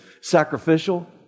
sacrificial